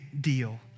deal